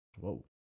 Whoa